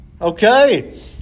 Okay